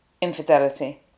infidelity